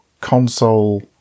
console